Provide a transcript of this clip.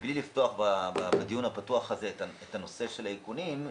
מבלי לפתוח את הנושא של האיכונים,